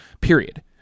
period